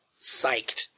psyched